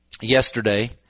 yesterday